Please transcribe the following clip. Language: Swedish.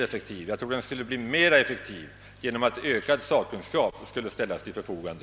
Jag tror att den skulle bli mer effektiv genom att ökad sakkunskap skulle ställas till förfogande.